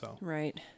Right